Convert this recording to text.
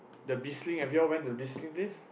the